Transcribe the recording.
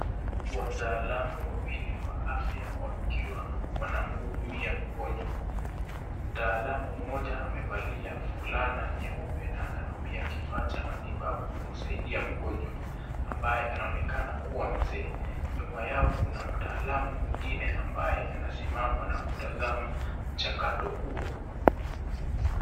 Watalamu wawili wa afya wakiwa wanamhudumia mgonjwa. Mtaalamu mmoja amevalia fulana ya nyeupe na ana tumia kifaa cha matibabu kusaidia mgonjwa ambaye anaonekana kuwa Mzee. Nyuma Yao Kuna mtaalamu mwingine ambaye anasimama na kutazama mchakato huo.